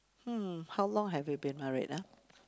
hmm how long have you been married ah